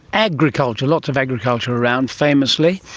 agriculture, lots of agriculture around famously.